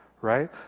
right